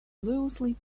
loosely